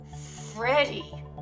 Freddie